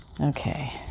Okay